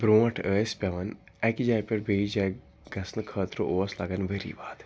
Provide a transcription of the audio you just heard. برٛونٛٹھ ٲسۍ پٮ۪وان اَکہِ جایہِ پٮ۪ٹھ بیٚیِس جایہِ گژھنہٕ خٲطرٕ اوس لَگان ؤری واد